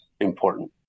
important